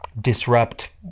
disrupt